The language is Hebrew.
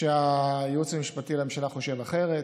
הייעוץ המשפטי לממשלה חושב אחרת,